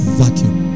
vacuum